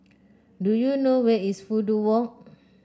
do you know where is Fudu Walk